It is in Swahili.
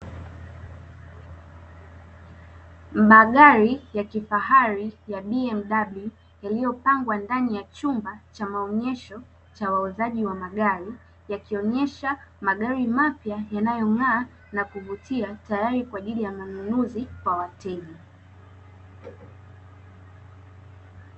Magari ya kifahari ya "BMW" yaliyopangwa ndani ya chumba cha maonesho cha wauzaji wa magari, yakionesha magari mapya yanayong'aa na kuvutia tayari kwaajili ya manunuzi kwa wateja.